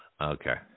okay